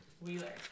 Wheeler